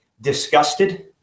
disgusted